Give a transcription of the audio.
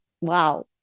Wow